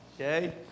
Okay